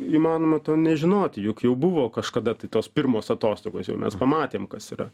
įmanoma to nežinoti juk jau buvo kažkada tai tos pirmos atostogos jau mes pamatėm kas yra